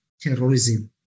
terrorism